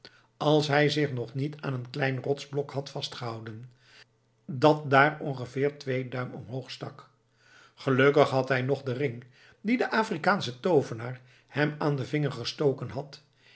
als hij zich niet nog aan een klein rotsblok had vastgehouden dat daar ongeveer twee duim omhoog stak gelukkig had hij nog den ring dien de afrikaansche toovenaar hem aan den vinger gestoken had